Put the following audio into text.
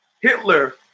Hitler